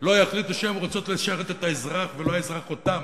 לא יחליטו שהם רוצים לשרת את האזרח ולא האזרח אותם,